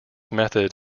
method